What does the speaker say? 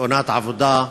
בתאונת עבודה,